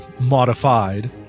modified